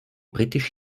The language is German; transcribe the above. britisch